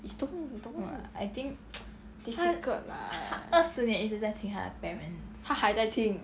is don't don't difficult lah 他还在听